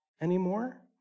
anymore